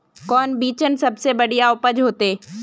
कौन बिचन सबसे बढ़िया उपज होते?